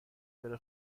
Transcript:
بره